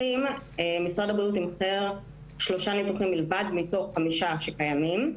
משרד הבריאות תמחר שלושה ניתוחים בלבד מתוך חמישה שקיימים.